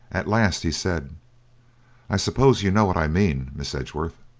at last he said i suppose you know what i mean, miss edgeworth